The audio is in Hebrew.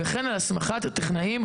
וכן על הסמכת טכנאים,